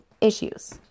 issues